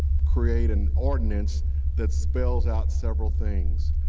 create an ordinance that spells out several things.